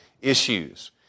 issues